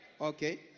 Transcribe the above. Okay